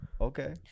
Okay